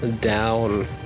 down